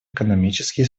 экономические